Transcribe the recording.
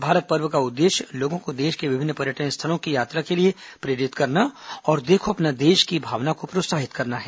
भारत पर्व का उद्देश्य लोगों को देश के विभिन्न पर्यटन स्थलों की यात्रा के लिए प्रेरित करना और देखो अपना देश की भावना को प्रोत्साहित करना है